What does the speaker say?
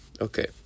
Okay